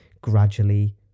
gradually